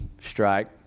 strike